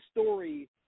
story